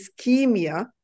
ischemia